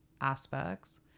aspects